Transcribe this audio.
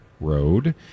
Road